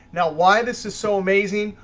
now why this is so amazing,